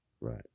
right